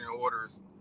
orders